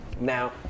Now